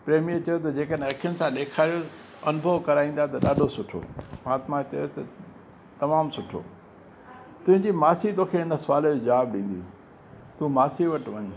प्रेमीअ चयो त जेकॾहिं अख़िन सां ॾेखारियो अनुभव कराईंदा त ॾाढो सुठो महात्मा चयो त तमामु सुठो तुंहिंजी मासी तोखे हिन सुवाल जो जवाबु ॾींदी तूं मासी वटि वञु